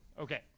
Okay